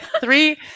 three